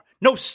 no